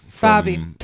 Bobby